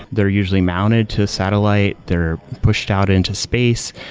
they're usually mounted to satellite. they're pushed out into space.